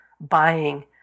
buying